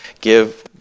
give